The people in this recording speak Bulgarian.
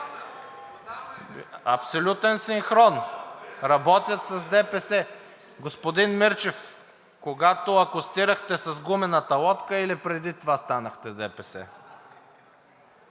Абсолютен синхрон – работят с ДПС. Господин Мирчев, когато акостирахте с гумената лодка, или преди това станахте ДПС?